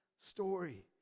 story